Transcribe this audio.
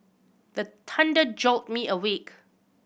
the thunder jolt me awake